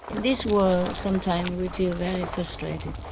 this world, sometimes we feel very frustrated,